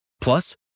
Plus